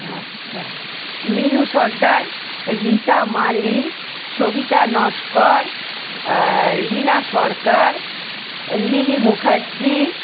আচ্ছা মিনু সর্দার রীতা মালি সবিতা নস্কর রীনা সরকার লিলি মুখার্জি